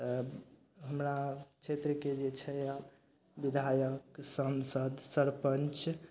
तऽ हमरा क्षेत्रके जे छै यऽ विधायक सांसद सरपञ्च